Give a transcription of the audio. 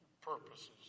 purposes